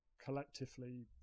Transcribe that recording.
collectively